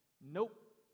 nope